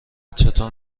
چطور